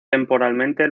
temporalmente